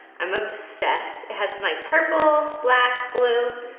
i'm obsessed. it has some, like purple, black, blue,